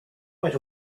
went